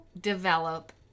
develop